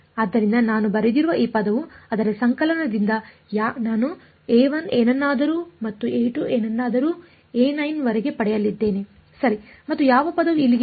ಆದ್ದರಿಂದ ನಾನು ಬರೆದಿರುವ ಈ ಪದವು ಅದರ ಸಂಕಲನದಿಂದ ನಾನು a1 ಏನನ್ನಾದರೂ ಮತ್ತು a2 ಏನನ್ನಾದರೂ a9 ವರೆಗೆ ಪಡೆಯಲಿದ್ದೇನೆ ಸರಿ ಮತ್ತು ಯಾವ ಪದವು ಇಲ್ಲಿಗೆ ಬರುತ್ತದೆ